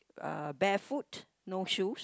uh barefoot no shoes